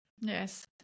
Yes